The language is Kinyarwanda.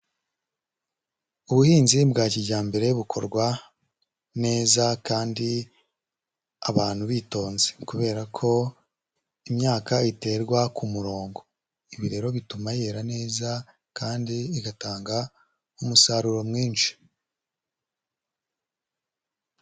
Ubuhinzi bwa kijyambere bukorwa neza kandi abantu bitonze kubera ko imyaka iterwa ku murongo, ibi rero bituma yera neza kandi igatanga umusaruro mwinshi.